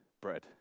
bread